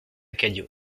cadio